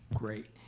great.